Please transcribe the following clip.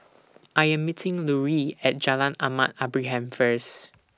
I Am meeting Larue At Jalan Ahmad Ibrahim First